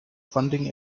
funding